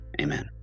Amen